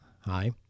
Hi